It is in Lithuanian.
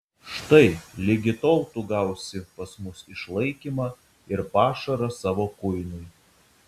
štai ligi tol tu gausi pas mus išlaikymą ir pašarą savo kuinui